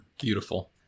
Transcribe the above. Beautiful